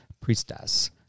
Priestess